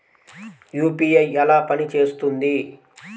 UPI ఎలా పనిచేస్తుంది?